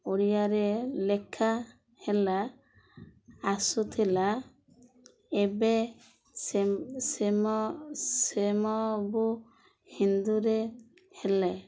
ଓଡ଼ିଆରେ ଲେଖା ହେଲା ଆସୁଥିଲା ଏବେ ସେ ସେମ ସେମବୁ ହିନ୍ଦୁରେ ହେଲେ